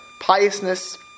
piousness